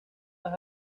las